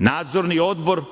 Nadzorni odbor,